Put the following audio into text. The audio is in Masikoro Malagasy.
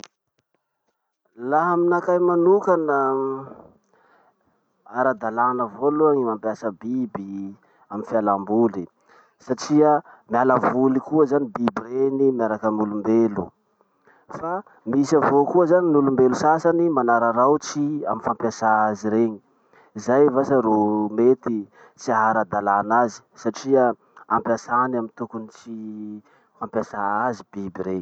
Laha aminakahy manokana, ara-dalàna avao aloha gny mampiasa biby amy fialam-boly, satria mialavoly koa zany biby reny miaraky amy olom-belo. Fa misy avao koa zany n'olombelo sasany manararaotsy amy fampiasa azy regny. Zay vasa ro mety tsy haara-dalàna azy satria ampiasany amy tokony tsy ho ampiasà azy biby rey.